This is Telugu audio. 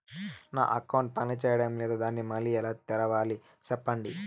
నా అకౌంట్ పనిచేయడం లేదు, దాన్ని మళ్ళీ ఎలా తెరవాలి? సెప్పండి